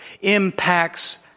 impacts